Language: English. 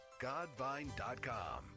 godvine.com